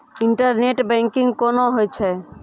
Internet banking कोना होय छै?